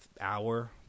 hour